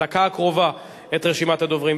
בדקה הקרובה, את רשימת הדוברים.